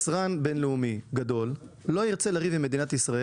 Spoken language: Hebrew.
אני מעריך שיצרן בין-לאומי גדול לא ירצה לריב עם מדינת ישראל.